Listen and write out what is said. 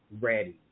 ready